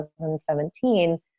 2017